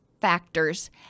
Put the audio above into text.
factors